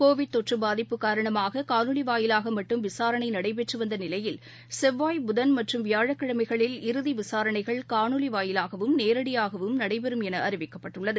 Covid தொற்றபாதிப்பு காரணமாககாணொலிவாயிலாகமட்டும் விசாரணைநடைபெற்றுவந்தநிலையில் செவ்வாய் புதன் மற்றும் வியாழக்கிழமைகளில் இறுதிவிசாரணைகள் காணொலிவாயிவாகவும் நேரடியாகவும் நடைபெறும் எனஅறிவிக்கப்பட்டுள்ளது